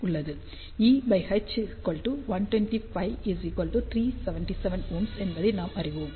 EH 120π 377Ω என்பதை நாம் அறிவோம்